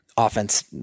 Offense